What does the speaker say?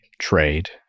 trade